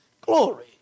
glory